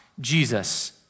Jesus